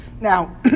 Now